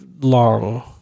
long